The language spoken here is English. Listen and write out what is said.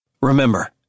Remember